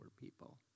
people